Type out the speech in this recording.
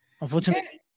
Unfortunately